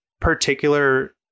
particular